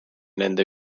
nende